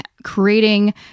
Creating